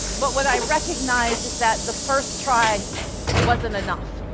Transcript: but what i recognized is that the first try wasn't enough.